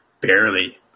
barely